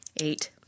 Eight